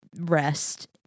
rest